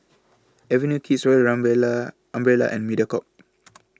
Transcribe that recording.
Avenue Kids Royal Umbrella Umbrella and Mediacorp